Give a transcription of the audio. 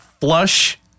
flush